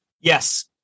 Yes